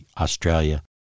Australia